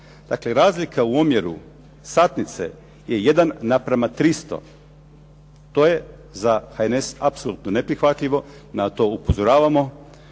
Dakle, razlika u omjeru satnice je 1:300. To je za HNS apsolutno neprihvatljivo, na to upozoravamo